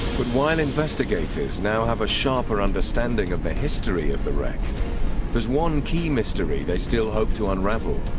but while investigators now have a sharper understanding of the history of the wreck there's one key mystery they still hope to unravel